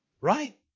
Right